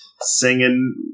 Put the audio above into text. singing